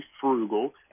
frugal